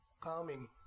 calming